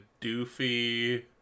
doofy